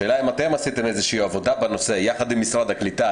השאלה אם אתם עשיתם איזושהי עבודה בנושא יחד עם משרד הקליטה?